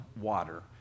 water